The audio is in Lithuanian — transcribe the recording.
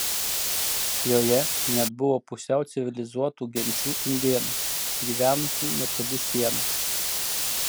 joje net buvo pusiau civilizuotų genčių indėnų gyvenusių netoli sienos